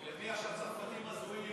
שהצרפתים הזויים,